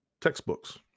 textbooks